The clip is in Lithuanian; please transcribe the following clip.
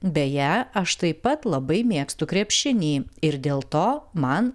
beje aš taip pat labai mėgstu krepšinį ir dėl to man